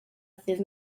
ddydd